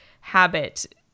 habit